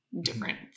different